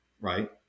Right